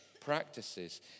practices